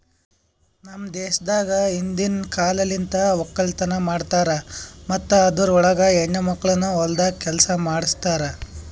ನಮ್ ದೇಶದಾಗ್ ಹಿಂದಿನ್ ಕಾಲಲಿಂತ್ ಒಕ್ಕಲತನ ಮಾಡ್ತಾರ್ ಮತ್ತ ಅದುರ್ ಒಳಗ ಹೆಣ್ಣ ಮಕ್ಕಳನು ಹೊಲ್ದಾಗ್ ಕೆಲಸ ಮಾಡ್ತಿರೂ